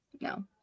No